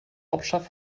hauptstadt